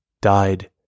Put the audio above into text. Died